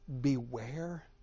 beware